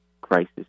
crisis